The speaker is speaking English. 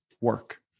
work